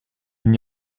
n’y